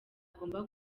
agomba